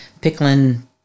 pickling